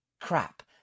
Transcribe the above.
Crap